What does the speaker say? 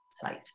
site